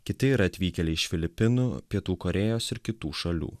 kiti yra atvykėliai iš filipinų pietų korėjos ir kitų šalių